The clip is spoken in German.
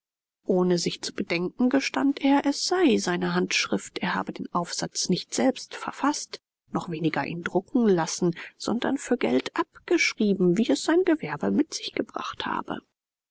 ohne sich zu bedenken gestand er es sei seine handschrift er habe den aufsatz nicht selbst verfaßt noch weniger ihn drucken lassen sondern für geld abgeschrieben wie es sein gewerbe mit sich gebracht habe